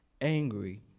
angry